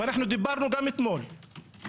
ואנחנו דיברנו גם אתמול,